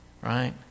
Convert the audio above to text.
right